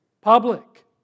public